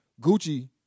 Gucci